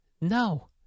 No